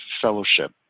fellowship